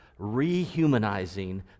rehumanizing